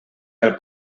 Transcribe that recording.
del